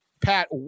Pat